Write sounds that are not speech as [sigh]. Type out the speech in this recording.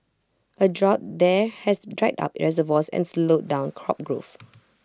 A drought there has dried up reservoirs and slowed down crop growth [noise]